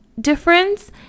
difference